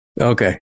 Okay